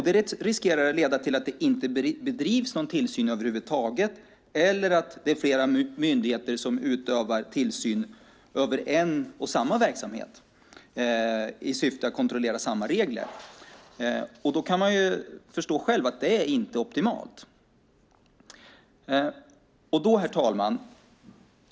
Det riskerar att leda till att det inte bedrivs någon tillsyn över huvud taget eller att flera myndigheter utövar tillsyn över en och samma verksamhet i syfte att kontrollera samma regler. Man kan förstå själv att det inte är optimalt. Herr talman!